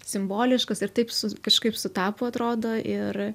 simboliškas ir taip su kažkaip sutapo atrodo ir